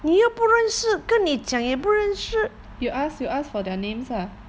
you ask you ask for their names lah